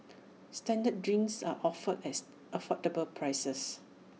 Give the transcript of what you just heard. standard drinks are offered at affordable prices